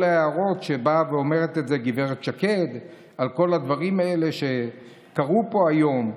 או כל ההערות שבאה ואומרת גב' שקד על כל הדברים האלה שקרו פה היום.